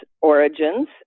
origins